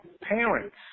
parents